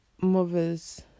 Mother's